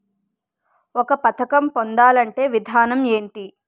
ఒక పథకం పొందాలంటే విధానం ఏంటి?